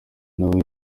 nawe